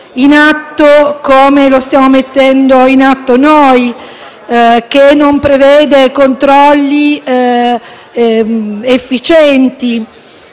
in atto come stiamo facendo noi, che non prevede controlli efficienti